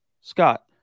Scott